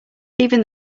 even